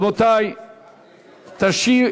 ישיב